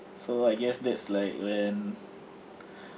so I guess that's like when